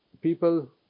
people